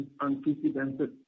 unprecedented